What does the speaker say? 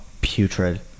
putrid